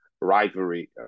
rivalry